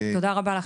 תודה רבה.